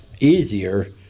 easier